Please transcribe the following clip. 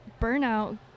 burnout